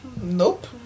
nope